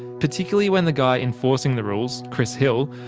particularly when the guy enforcing the rules, chris hill,